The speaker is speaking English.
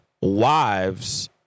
wives